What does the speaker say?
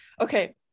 Okay